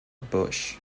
bush